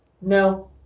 No